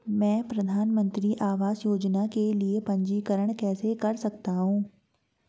मैं प्रधानमंत्री आवास योजना के लिए पंजीकरण कैसे कर सकता हूं?